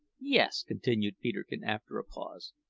yes, continued peterkin after a pause,